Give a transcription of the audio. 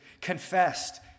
confessed